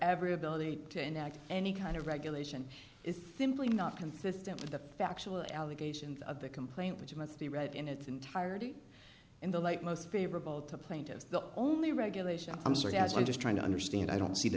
every ability to enact any kind of regulation is simply not consistent with the factual allegations of the complaint which must be read in its entirety in the light most favorable to plaintiff the only regulation of some sort as i'm just trying to understand i don't see the